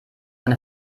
eine